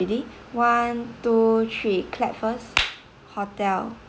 ready one two three clap first hotel